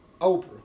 Oprah